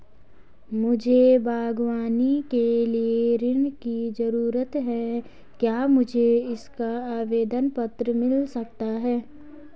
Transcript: मुझे बागवानी के लिए ऋण की ज़रूरत है क्या मुझे इसका आवेदन पत्र मिल सकता है?